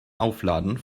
aufladen